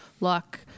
luck